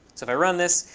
so if i run this,